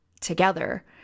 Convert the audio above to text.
together